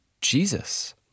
Jesus